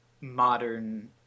modern